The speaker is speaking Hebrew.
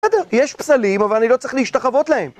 בסדר, יש פסלים אבל אני לא צריך להשתחוות להם